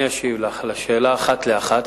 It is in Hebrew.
אני אשיב לך על השאלה אחת לאחת,